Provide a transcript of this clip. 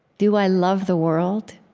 do i love the world?